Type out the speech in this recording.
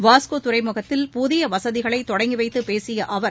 வாஸ்கோ துறைமுகத்தில் புதிய வசதிகளை தொடங்கி வைத்து பேசிய அவர்